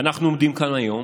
ואנחנו עומדים כאן היום